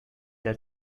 der